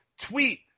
tweet